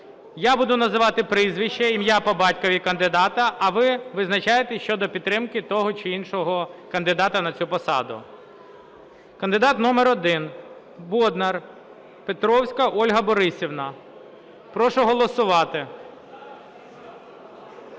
Я буду називати прізвище, ім'я, по батькові кандидата, а ви визначаєтесь щодо підтримки того чи іншого кандидата на цю посаду. Кандидат номер один – Боднар-Петровська Ольга Борисівна. Прошу голосувати.